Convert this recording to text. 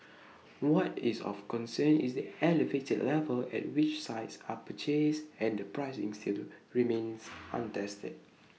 what is of concern is the elevated level at which sites are purchased and the pricing still remains untested